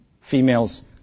females